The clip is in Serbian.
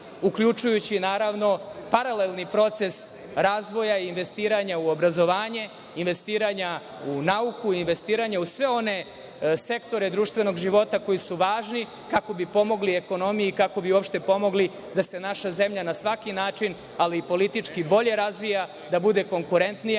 uključujući naravno paralelni proces razvoja i investiranja u obrazovanje, investiranja u nauku, investiranja u sve one sektore društvenog života koji su važni, kako bi pomogli ekonomiji, kako bi uopšte pomogli da se naša zemlja na svaki način, ali i politički, bolje razvija, da bude konkurentnija